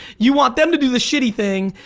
you want them to do the shitty thing,